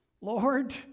Lord